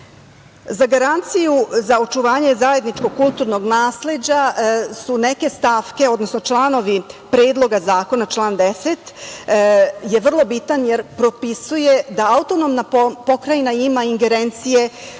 Za garanciju za očuvanje zajedničkog kulturnog nasleđa su neke stavke, odnosno članovi Predloga zakona, član 10. je vrlo bitan jer propisuje da autonomna pokrajina ima ingerencije